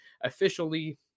officially